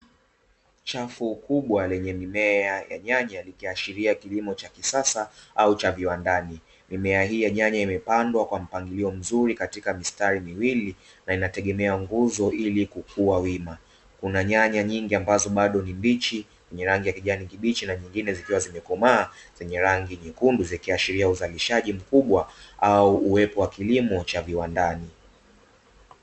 Chafu kubwa lenye mimea ya nyanya, likiashiria kilimo cha kisasa au cha viwandani. Mimea hii ya nyanya imepandwa kwa mpangilio mzuri katika mistari miwili, na inategemea nguzo ili kukua wima. Kuna nyanya nyingi ambazo bado ni mbichi, zenye rangi ya kijani kibichi na nyingine zikiwa zimekomaa zenye rangi nyekundu, zikiashiria uzalishaji mkubwa au uwepo wa kilimo cha viwandani.